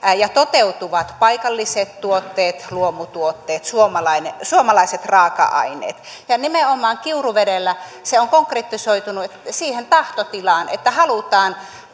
ja toteutuvat paikalliset tuotteet luomutuotteet suomalaiset raaka aineet ja nimenomaan kiuruvedellä se on konkretisoitunut siihen tahtotilaan että halutaan